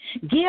Give